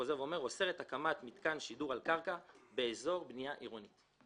חוזר ואומר הקמת מתקן שידור על קרקע באזור בנייה עירונית.